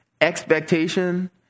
expectation